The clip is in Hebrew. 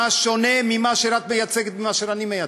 מה שונה מה שאת מייצגת ממה שאני מייצג?